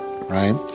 right